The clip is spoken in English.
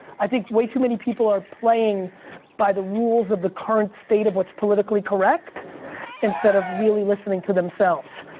i think way too many people are playing by the rules of the current state of what's politically correct instead of really listening to themselves.